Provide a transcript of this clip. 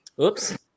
oops